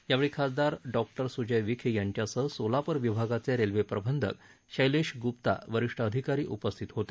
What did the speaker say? यावेळी खासदार डॉ सुजय विखे यांच्यासह सोलापूर विभागाचे रेल्वे प्रबंधक शक्वेश गुप्ता वरिष्ठ अधिकारी उपस्थित होते